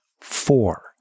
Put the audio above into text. four